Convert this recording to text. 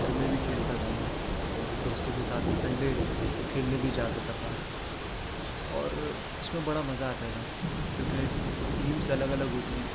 گھر میں بھی کھیلتا تھا میں اور دوستوں کے ساتھ سنڈے کو کھیلے بھی جاتا تھا پارک اور اس میں بڑا مزہ آتا تھا کیونکہ ٹیمس الگ الگ ہوتی ہیں